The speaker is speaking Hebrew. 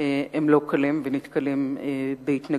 הם לא קלים ונתקלים בהתנגדות.